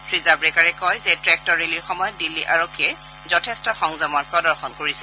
শ্ৰীজাবড়েকাৰে কয় যে ট্ৰেক্টৰ ৰেলীৰ সময়ত দিল্লী আৰক্ষীয়ে যথেষ্ট সংযমৰ প্ৰদৰ্শন কৰিছিল